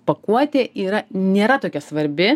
pakuotė yra nėra tokia svarbi